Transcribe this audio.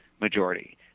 majority